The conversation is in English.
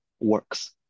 works